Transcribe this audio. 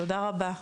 תודה רבה.